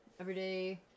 everyday